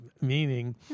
meaning